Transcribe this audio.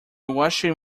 washing